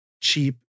cheap